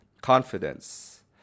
confidence